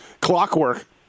clockwork